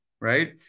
right